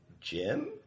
Jim